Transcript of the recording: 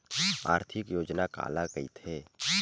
आर्थिक योजना काला कइथे?